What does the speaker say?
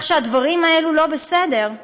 שהדברים האלה לא בסדר?